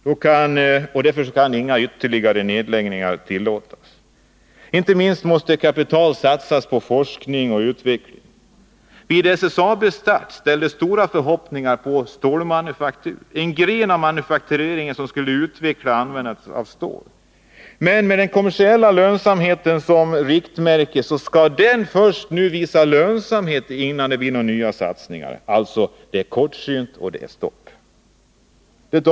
Därför kan man inte tillåta några ytterligare nedläggningar. Inte minst måste kapital satsas på forskning och utveckling. Vid SSAB:s start ställdes stora förhoppningar på stålmanufaktur, en gren av manufaktureringen som skulle utveckla användandet av stål. Men med den kommersiella lönsamheten som riktmärke skall det först visa sig lönsamt, innan det blir några nya satsningar. Alltså: det är kortsynt och det blir ett stopp.